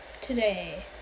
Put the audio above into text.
today